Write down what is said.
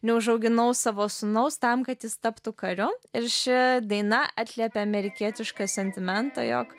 neužauginau savo sūnaus tam kad jis taptų kariu ir ši daina atliepia amerikietišką sentimentą jog